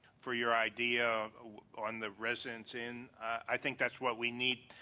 for your idea on the residence inn. i think that's what we need,